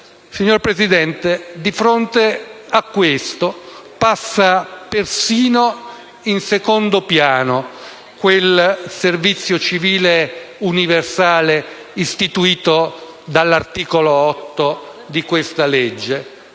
Signora Presidente, di fronte a questo passa persino in secondo piano quel servizio civile universale, istituito dall'articolo 8 del disegno